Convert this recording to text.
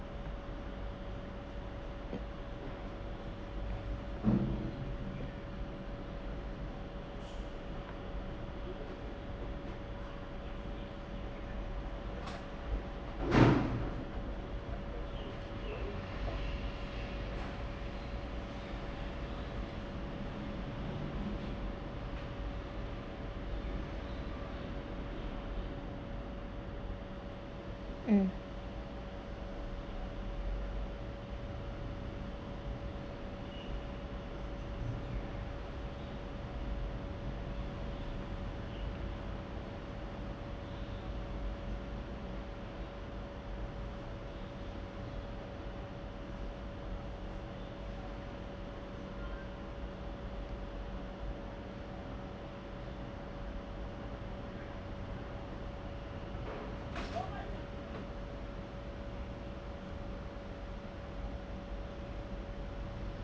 um